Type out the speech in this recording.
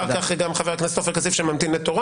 עופר כסיף.